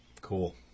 Cool